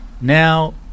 Now